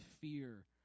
fear